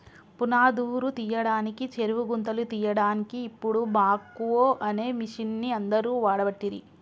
పునాదురు తీయడానికి చెరువు గుంతలు తీయడాన్కి ఇపుడు బాక్వో అనే మిషిన్ని అందరు వాడబట్టిరి